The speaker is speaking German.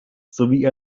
sowie